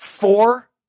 four